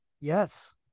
Yes